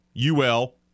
UL